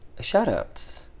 shout-outs